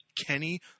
Kenny